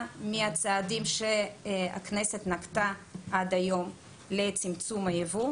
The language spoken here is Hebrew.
מהצעדים שהכנסת נקטה עד היום לצמצום הייבוא.